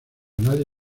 nadie